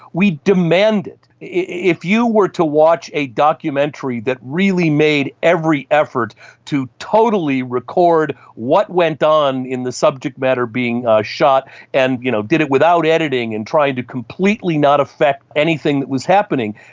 we demand it. if you were to watch a documentary that really made every effort to totally record what went on in the subject matter being ah shot and you know did it without editing and tried to completely not affect anything that was happening,